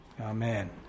Amen